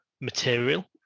material